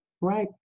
Right